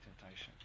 temptation